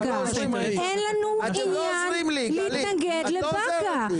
אין לנו עניין להתנגד לבאקה.